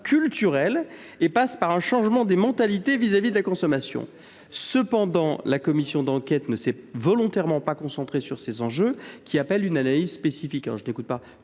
culturel et passe par un changement des mentalités vis à vis de la consommation. Cependant, la commission d’enquête ne s’est volontairement pas concentrée sur ces enjeux, qui appellent une analyse spécifique.